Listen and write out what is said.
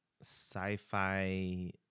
sci-fi